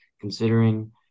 considering